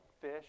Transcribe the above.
fish